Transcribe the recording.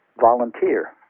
Volunteer